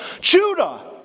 Judah